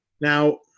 Now